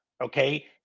okay